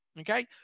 Okay